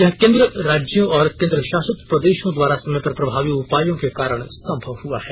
यह केन्द्र राज्यों और केन्द्र शासित प्रदेशों द्वारा समय पर प्रभावी उपायों के कारण संभव हुआ है